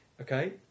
okay